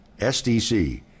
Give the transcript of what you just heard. SDC